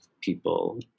people